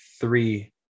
three